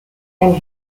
and